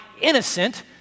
innocent